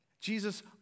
Jesus